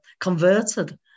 converted